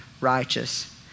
righteous